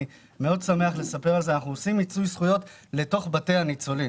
ואני מאוד שמח לספר שאנחנו עושים מיצוי זכויות בתוך בתי הניצולים.